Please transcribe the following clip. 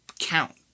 count